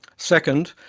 second,